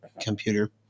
computer